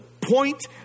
point